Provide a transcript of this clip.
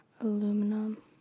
Aluminum